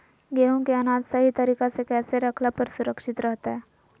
गेहूं के अनाज सही तरीका से कैसे रखला पर सुरक्षित रहतय?